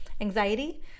anxiety